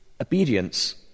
obedience